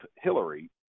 Hillary